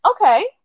okay